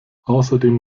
außerdem